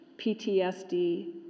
PTSD